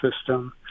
system